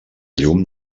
llum